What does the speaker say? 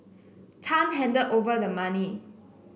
Tan handed over the money